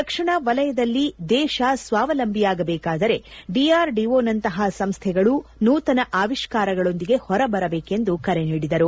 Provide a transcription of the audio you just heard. ರಕ್ಷಣಾ ವಲಯದಲ್ಲಿ ದೇಶ ಸ್ನಾವಲಂಬಿಯಾಗಬೇಕಾದರೆ ಡಿಆರ್ಡಿಒನಂತಹ ಸಂಸ್ಥೆಗಳು ನೂತನ ಆವಿಷ್ಕಾರಗಳೊಂದಿಗೆ ಹೊರ ಬರಬೇಕೆಂದು ಕರೆ ನೀಡಿದರು